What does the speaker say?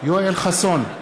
יואל חסון,